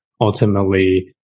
ultimately